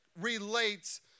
relates